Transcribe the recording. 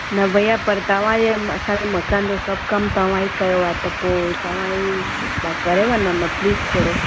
न भईया पर तव्हां इहे असांजे मकान जो सभु कम तव्हां ई कयो आहे त पोइ तव्हां ई करे वञो न प्लीस थोरो